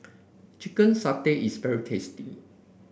Chicken Satay is very tasty